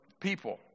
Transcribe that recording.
people